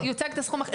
--- יוצג את הסכום.